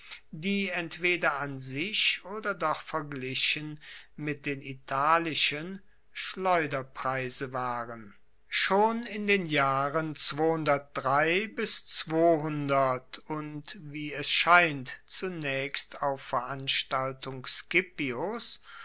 die entweder an sich oder doch verglichen mit den italischen schleuderpreise waren schon in den jahren und wie es scheint zunaechst auf